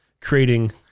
creating